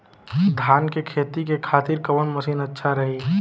धान के खेती के खातिर कवन मशीन अच्छा रही?